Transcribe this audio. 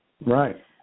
Right